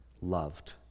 loved